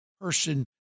person